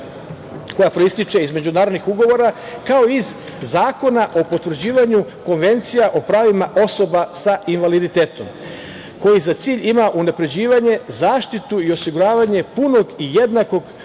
koja proističe iz međunarodnih ugovora, kao i iz Zakona o potvrđivanju konvencija o pravima osoba sa invaliditetom koji za cilj ima unapređivanje, zaštitu i osiguravanje punog i jednakog